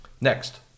Next